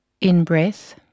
in-breath